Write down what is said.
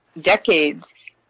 decades